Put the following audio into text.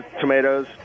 tomatoes